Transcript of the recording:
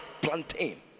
plantain